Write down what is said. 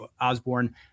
Osborne